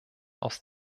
aus